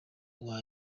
uwa